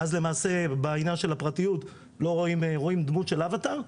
ואז למעשה בעניין של הפרטיות רואים דמות של אוותר.